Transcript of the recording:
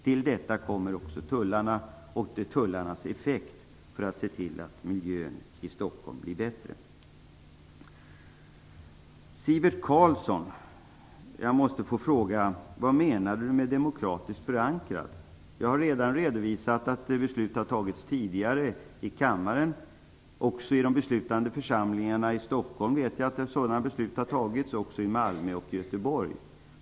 Dessutom tillkommer tullarna och deras effekt för att bidra till att miljön i Stockholm blir bättre. Vad menar Sivert Carlsson med demokratiskt förankrad? Jag har redan redovisat att kammaren tidigare fattat sådana beslut liksom de beslutande församlingarna i Stockholm, Malmö och Göteborg.